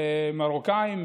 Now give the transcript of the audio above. מרוקאים,